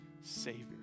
Savior